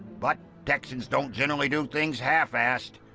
but texans don't generally do things half-assed,